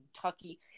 Kentucky